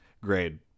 grade